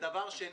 ודבר שני,